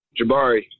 Jabari